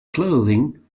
clothing